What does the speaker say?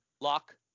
Lock